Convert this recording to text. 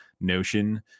notion